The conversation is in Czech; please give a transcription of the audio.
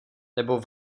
nebo